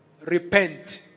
Repent